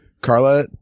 Carla